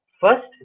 first